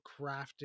crafted